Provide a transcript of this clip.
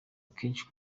akenshi